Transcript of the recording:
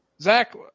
Zach